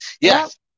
Yes